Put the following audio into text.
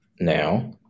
Now